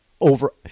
over